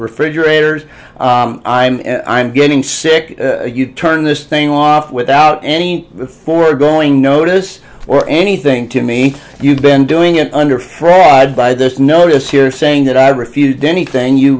refrigerators and i'm getting sick you turn this thing off without any foregoing notice or anything to me you've been doing it under fraud by this notice here saying that i refused anything you